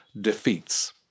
defeats